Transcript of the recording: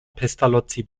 pestalozzi